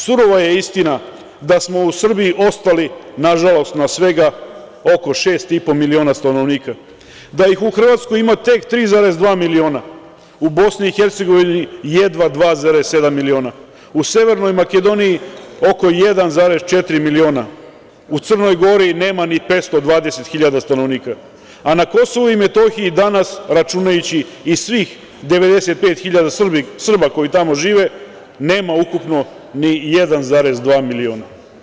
Surova je istina da smo u Srbiji ostali, nažalost, na svega oko 6,5 miliona stanovnika, da ih u Hrvatskoj ima tek 3,2 miliona, u Bosni i Hercegovini jedva 2,7 miliona, u Severnoj Makedoniji oko 1,4 miliona, u Crnoj Gori nema ni 520.000 stanovnika, a na Kosovu i Metohiji danas, računajući i svih 95.000 Srba koji tamo žive, nema ukupno ni 1,2 miliona.